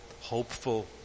hopeful